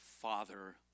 father